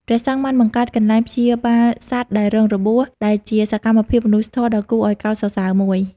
ព្រះសង្ឃបានបង្កើត កន្លែងព្យាបាលសត្វដែលរងរបួស ដែលជាសកម្មភាពមនុស្សធម៌ដ៏គួរឱ្យកោតសរសើរមួយ។